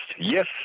Yes